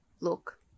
Look